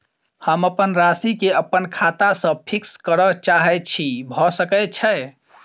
हम अप्पन राशि केँ अप्पन खाता सँ फिक्स करऽ चाहै छी भऽ सकै छै?